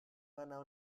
ganado